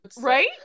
Right